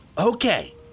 Okay